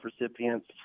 recipients